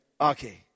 Okay